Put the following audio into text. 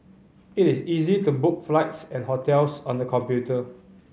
it is easy to book flights and hotels on the computer